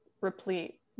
replete